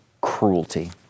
cruelty